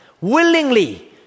willingly